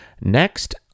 Next